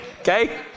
Okay